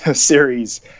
series